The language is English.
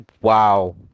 wow